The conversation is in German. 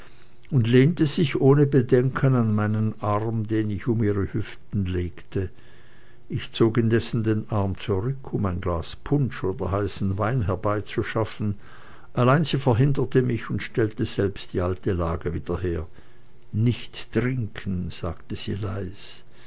und lehnte sich ohne bedenken in meinen arm den ich um ihre hüften legte ich zog indessen den arm zurück um ein glas punsch oder heißen wein herbeizuschaffen allein sie verhinderte mich und stellte selbst die alte lage wieder her nicht trinken sagte sie leis